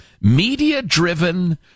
media-driven